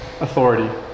authority